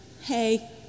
hey